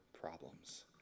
problems